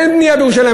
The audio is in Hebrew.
אין בנייה בירושלים,